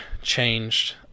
changed